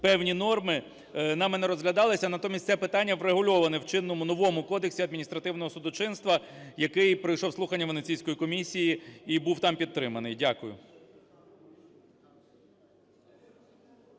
певні норми, нами не розглядалися, а натомість це питання врегульоване в чинному новому Кодексі адміністративного судочинства, який пройшов слухання Венеційської комісії і був там підтриманий. Дякую.